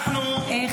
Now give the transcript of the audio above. עידן רול, מה הוא אומר?